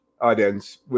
audience